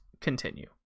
continue